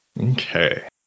Okay